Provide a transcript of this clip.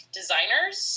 designers